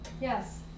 Yes